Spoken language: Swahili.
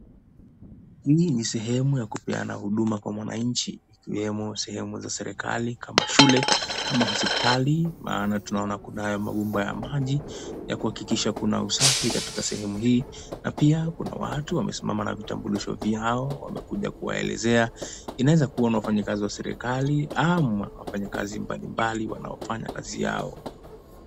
Hii ni sehemu ya kupeana huduma kwa mwananchi ikiwemo sehemu za serikali kama shule ama hospitali maana tunaona kuna hayo mabomba ya maji ya kuhakikisha kuna usafi katika sehemu hii na pia kuna watu wamesimama na vitambulisho vyao wamekuja kuwaelezea. Inaweza kuwa ni wafanyakazi wa serikali ama wafanyakazi mbalimbali wanaofanya kazi yao.